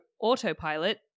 autopilot